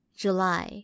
July